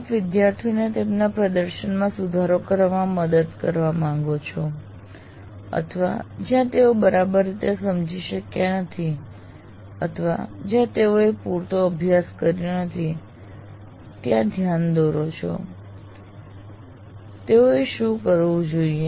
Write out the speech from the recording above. આપ વિદ્યાર્થીઓને તેમના પ્રદર્શનમાં સુધારો કરવામાં મદદ કરવા માંગો છો અથવા જ્યાં તેઓ બરાબર રીતે સમજી શક્યા નથી અથવા જ્યાં તેઓએ પૂરતો અભ્યાસ કર્યો નથી ત્યાં ધ્યાન દોરો છો તેઓએ શું કરવું જોઈએ